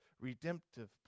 redemptive